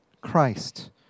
Christ